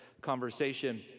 conversation